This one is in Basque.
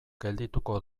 geldituko